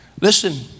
Listen